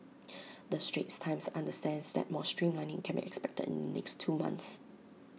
the straits times understands that more streamlining can be expected in the next two months